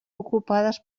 ocupades